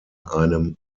einem